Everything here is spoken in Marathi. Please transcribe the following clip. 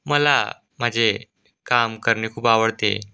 मला माझे काम करणे खूप आवडते